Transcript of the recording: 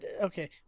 Okay